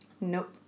Nope